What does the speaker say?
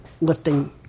lifting